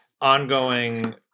ongoing